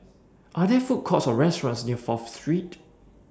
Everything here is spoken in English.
Are There Food Courts Or restaurants near Fourth Street